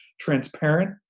Transparent